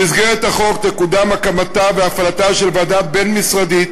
במסגרת החוק תקודם הקמתה והפעלתה של ועדה בין-משרדית